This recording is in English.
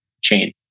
chain